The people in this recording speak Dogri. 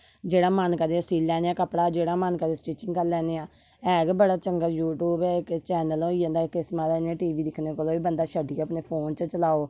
जेहड़ा मन करे ओह् स्टिचिंग करी लेने हा है गै बड़ा चंगा यूट्यूब ऐ इक ऐसा चैनल होई जंदा इक किस्म दा इयां टीवी दिक्खने कोला इयां अपने फौन च चलाऔ